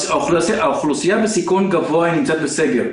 האוכלוסייה בסיכון גבוה נמצאת בסגר.